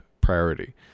priority